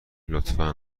لطفا